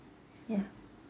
ya